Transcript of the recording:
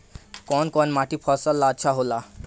कौन कौनमाटी फसल ला अच्छा होला?